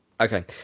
okay